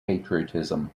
patriotism